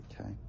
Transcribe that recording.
Okay